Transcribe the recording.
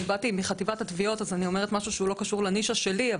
אני באתי מחטיבת התביעות אז אני אומרת משהו שהוא לא קשור לנישה שלי.